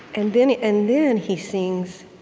and then and then he sings,